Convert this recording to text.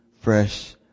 fresh